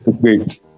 Great